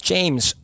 James